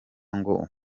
ngo